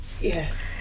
Yes